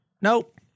Nope